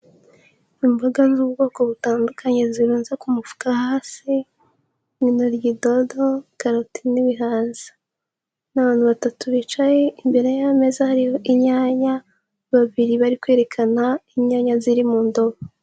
Imboga z'ubwoko butandukanye zirunze ku mufuka hasi, intoryi, dodo, karoti n'ibihaza, ni abantu batatu bicaye imbere y'ameza hariho inyanya, babiri bari kwerekana inyanya ziri mu ndobo.